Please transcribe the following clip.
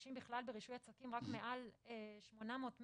נדרשים בכלל ברישוי עסקים רק מעל שמונה מאות מטר,